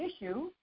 issue